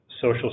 Social